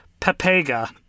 Pepega